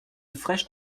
fraîches